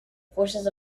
forces